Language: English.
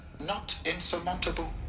not insurmountable.